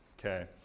okay